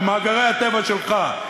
במאגרי הטבע שלך.